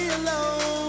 alone